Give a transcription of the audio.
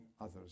others